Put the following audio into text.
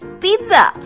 pizza